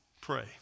pray